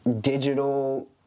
digital